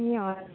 ए हजुर